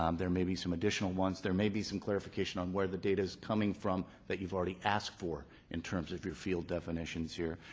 um there may be some additional ones. there may be some clarification on where the data's coming from that you've already asked for in terms of your field definitions here.